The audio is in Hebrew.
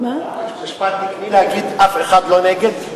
זה משפט תקני להגיד אף אחד לא נגד?